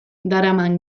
daraman